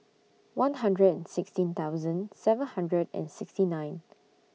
one hundred and sixteen thousand seven hundred and sixty nine